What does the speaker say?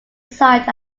sight